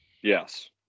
Yes